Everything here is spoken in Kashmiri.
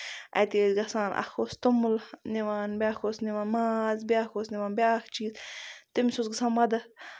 اَتی ٲسۍ گژھان اکھ اوس توٚمُل نِوان بیاکھ اوس نِوان ماز بیاکھ اوس نِوان بیاکھ چیٖز تٔمِس اوس گژھان مدَد